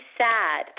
sad